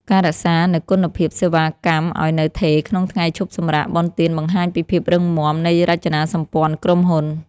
ការរក្សានូវគុណភាពសេវាកម្មឱ្យនៅថេរក្នុងថ្ងៃឈប់សម្រាកបុណ្យទានបង្ហាញពីភាពរឹងមាំនៃរចនាសម្ព័ន្ធក្រុមហ៊ុន។